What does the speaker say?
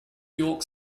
york